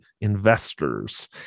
investors